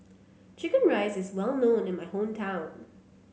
chicken rice is well known in my hometown